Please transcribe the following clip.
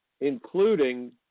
including